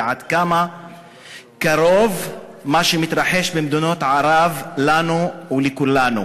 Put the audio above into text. ועד כמה קרוב מה שמתרחש במדינות ערב לנו לכולנו,